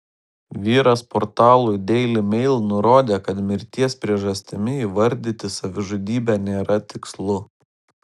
vyras portalui daily mail nurodė kad mirties priežastimi įvardyti savižudybę nėra tikslu